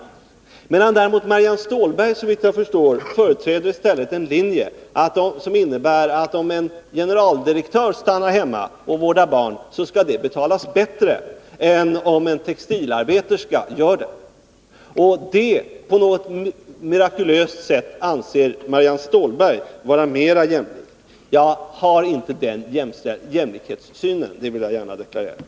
Däremot företräder Marianne Stålberg, såvitt jag förstår, en linje som innebär att om en generaldirektör stannar hemma och vårdar barn, så skall det betalas bättre än om en textilarbeterska gör det. På något mirakulöst sätt anser Marianne Stålberg att det är mer jämlikt. Jag har inte den jämlikhetssynen — det vill jag gärna deklarera.